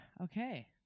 Okay